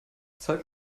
zeig